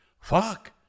Fuck